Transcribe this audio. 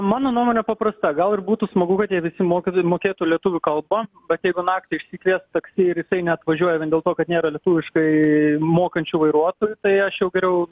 mano nuomonė paprasta gal ir būtų smagu kad jie visi mokytų mokėtų lietuvių kalbą bet jeigu naktį išsikviest taksi ir jisai neatvažiuoja vien dėl to kad nėra lietuviškai mokančių vairuotojų tai aš jau geriau